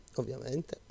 ovviamente